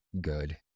good